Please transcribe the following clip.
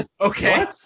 Okay